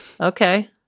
Okay